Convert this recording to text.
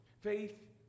Faith